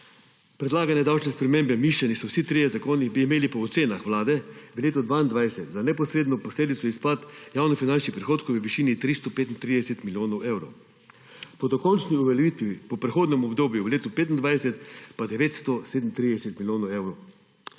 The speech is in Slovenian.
Predlagane davčne spremembe, mišljeni so vsi trije zakoni, bi imeli po ocenah Vlade v letu 2022 za neposredno posledico izpad javnofinančnih prihodkov v višini 335 milijonov evrov, po dokončni uveljavitvi po prehodnem obdobju v letu 2025 pa 937 milijonov evrov.